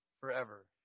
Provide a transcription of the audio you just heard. forever